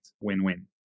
win-win